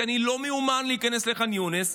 כי אני לא מיומן להיכנס לח'אן יונס,